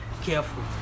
careful